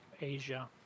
Asia